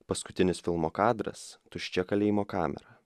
paskutinis filmo kadras tuščia kalėjimo kamera